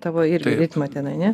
tavo irgi ritmą ten a ne